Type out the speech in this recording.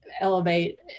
elevate